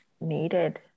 needed